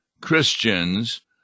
Christians